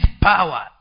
power